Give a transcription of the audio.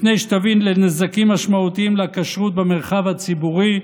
לפני שתביא לנזקים משמעותיים לכשרות במרחב הציבורי.